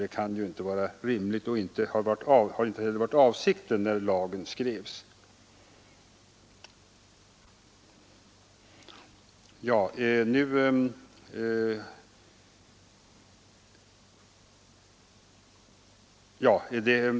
Det kan ju inte vara rimligt och har inte heller varit avsikten när lagen skrevs.